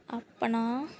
ਆਪਣਾ